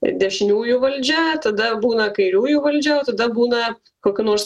dešiniųjų valdžia tada būna kairiųjų valdžia o tada būna kokių nors